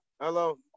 Hello